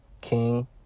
King